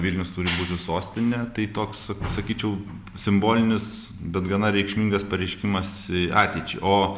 vilnius turi būti sostinė tai toks sakyčiau simbolinis bet gana reikšmingas pareiškimas ateičiai o